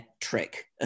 trick